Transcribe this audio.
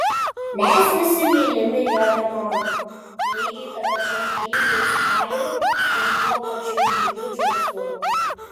mes visi mylimi jo vienodai lygiai ta pačia kryžiaus kaina ir tuo pačiu džiugiu džiaugsmu